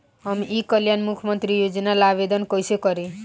हम ई कल्याण मुख्य्मंत्री योजना ला आवेदन कईसे करी?